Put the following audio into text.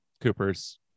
Cooper's